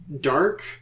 dark